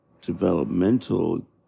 developmental